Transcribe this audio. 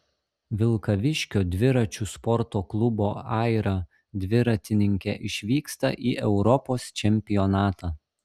vilkaviškio dviračių sporto klubo aira dviratininkė išvyksta į europos čempionatą